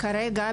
כרגע,